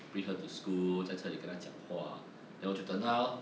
bring her to school 在车里跟她讲话 then 我就等她 lor